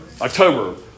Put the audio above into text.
October